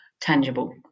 tangible